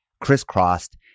crisscrossed